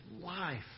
life